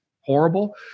horrible